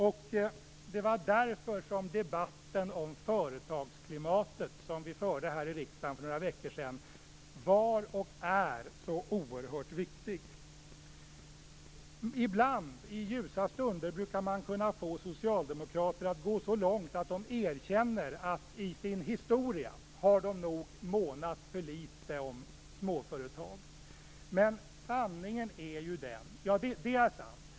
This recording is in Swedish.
Därför var och är debatten om företagsklimatet, som vi förde här i riksdagen för några veckor sedan, så oerhört viktig. Ibland i ljusa stunder brukar man kunna få socialdemokrater att gå så långt att de erkänner att de i sin historia nog har månat för litet om småföretag. Det är sant.